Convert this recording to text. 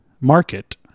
market